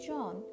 John